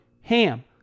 HAM